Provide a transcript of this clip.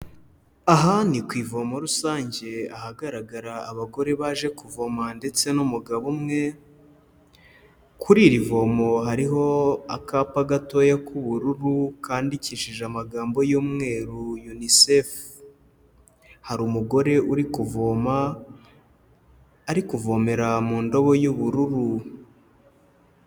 Aha ni ku ivomo rusange ahagaragara abagore baje kuvoma ndetse n'umugabo umwe, kuri iri vomo hariho akapa gatoya k'ubururu kandikishije amagambo y'umweru UNICEF. Hari umugore uri kuvoma, ari kuvomera mu ndobo y'ubururu.